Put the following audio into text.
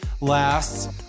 last